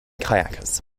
kayakers